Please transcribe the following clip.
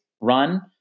run